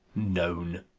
known!